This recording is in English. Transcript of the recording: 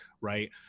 Right